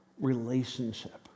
relationship